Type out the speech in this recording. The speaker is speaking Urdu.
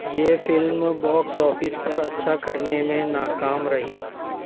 یہ فلم باکس آفس پر اچھا کرنے میں ناکام رہی